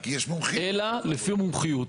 אלא לפי מומחיות.